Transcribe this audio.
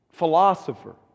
philosopher